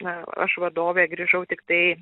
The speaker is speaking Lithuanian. ne aš vadovė grįžau tiktai